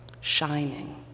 shining